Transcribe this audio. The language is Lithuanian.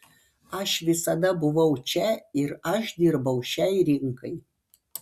aš visada buvau čia ir aš dirbau šiai rinkai